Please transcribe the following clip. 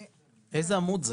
איזה עמוד זה?